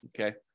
Okay